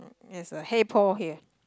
yes a hey Paul here